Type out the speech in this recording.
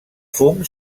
fum